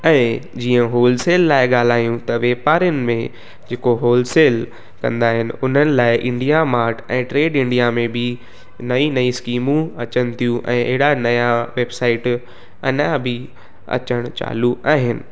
ऐं जीअं होलसेल लाइ ॻाल्हायूं त वापारिनि में जेको होलसेल कंदा आहिनि उन्हनि लाइ इंडिया मार्ट ऐं ट्रेड इंडिया में बि नईं नई स्कीमूं अचनि थियूं ऐं अहिड़ा नया वेबसाइट अञा बि अचनि चालू आहिनि